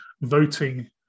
voting